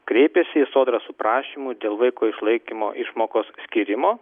kreipėsi į sodrą su prašymu dėl vaiko išlaikymo išmokos skyrimo